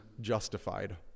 justified